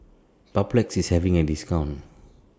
Papulex IS having A discount